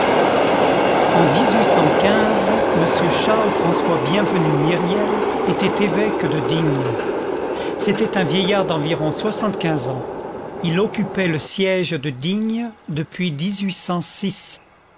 en m charles françois bienvenu myriel était évêque de digne c'était un vieillard d'environ soixante-quinze ans il occupait le siège de digne depuis